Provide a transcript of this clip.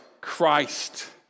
Christ